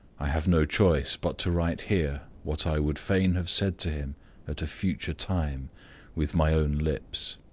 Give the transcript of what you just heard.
i have no choice but to write here what i would fain have said to him at a future time with my own lips.